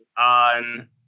on